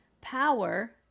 power